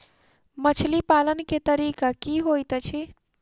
मछली पालन केँ तरीका की होइत अछि?